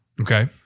Okay